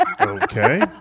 Okay